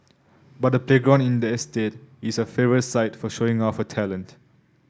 but the playground in the estate is her favourite site for showing off her talent